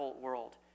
world